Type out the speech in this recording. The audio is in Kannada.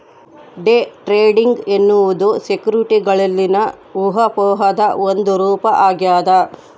ಡೇ ಟ್ರೇಡಿಂಗ್ ಎನ್ನುವುದು ಸೆಕ್ಯುರಿಟಿಗಳಲ್ಲಿನ ಊಹಾಪೋಹದ ಒಂದು ರೂಪ ಆಗ್ಯದ